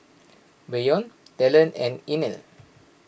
Bryon Talen and Inell